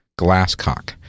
Glasscock